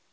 कारण छे?